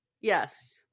yes